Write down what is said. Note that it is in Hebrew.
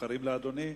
מוכרים לאדוני,